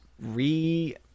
re